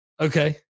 Okay